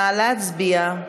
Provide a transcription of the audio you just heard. נא להצביע.